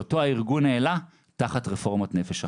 שאותן הארגון העלה תחת רפורמה נפש אחת.